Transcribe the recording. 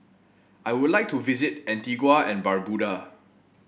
I would like to visit Antigua and Barbuda